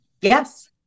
Yes